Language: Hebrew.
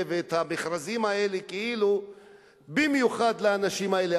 ואת המכרזים האלה כאילו במיוחד לאנשים האלה,